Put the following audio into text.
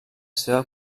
seva